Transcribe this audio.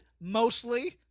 mostly